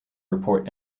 report